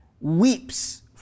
weeps